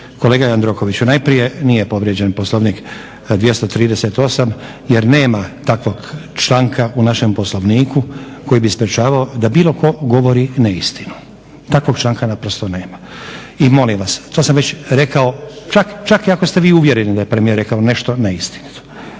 Kolega Jandrokoviću, najprije nije povrijeđen Poslovnik 238.jer nema takvog članka u našem Poslovniku koji bi sprečavao da bilo ko govori neistinu. Takvog članka naprosto nema. I molim vas, to sam već rekao čak i ako ste vi uvjereni da je premijer rekao nešto neistinito,